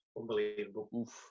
unbelievable